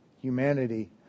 Humanity